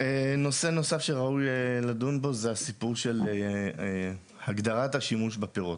נושא נוסף שראוי לדון בו זה הסיפור של הגדרת השימוש בפירות